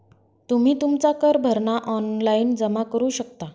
तुम्ही तुमचा कर भरणा ऑनलाइन जमा करू शकता